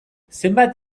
zenbat